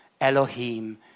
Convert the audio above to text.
Elohim